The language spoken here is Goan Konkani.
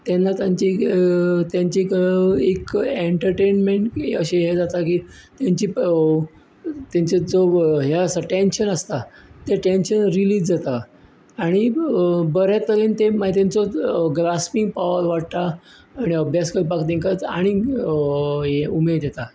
तेन्ना तांची तेंची एक एक एंटरटेंन्मेंट अशीं हें जाता की तेंची तेंचें जो व हें आसा टेंशन आसता तें टेंशन रिलीज जाता आनी बरें तरेन ते मागीर तेंचो ग्रास्पींग पावर वाडटा आनी अभ्यास करपाक तेंका आनीक हें उमेद येता